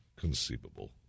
conceivable